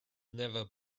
never